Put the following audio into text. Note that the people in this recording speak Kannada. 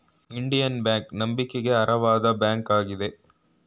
ಇಂಡಿಯನ್ ಬ್ಯಾಂಕ್ ನಂಬಿಕೆಗೆ ಅರ್ಹವಾದ ಬ್ಯಾಂಕ್ ಆಗಿದೆ